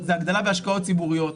זה הגדלה בהשקעות ציבוריות.